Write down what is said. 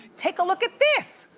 take a look at this.